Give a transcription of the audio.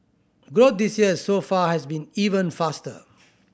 growth this year so far has been even faster